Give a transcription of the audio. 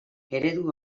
eredu